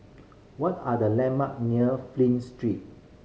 what are the landmark near Flint Street